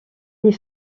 les